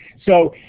so,